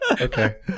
Okay